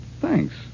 Thanks